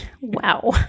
Wow